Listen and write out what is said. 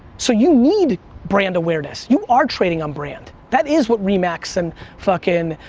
so you need brand awareness. you are trading on brand. that is what re max and fuckin',